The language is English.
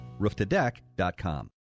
RoofToDeck.com